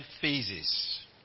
phases